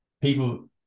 people